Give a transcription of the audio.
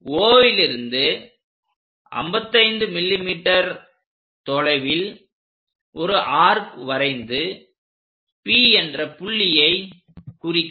O லிருந்து 55 mm தொலைவில் ஒரு ஆர்க் வரைந்து P என்ற புள்ளியை குறிக்கவும்